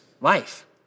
life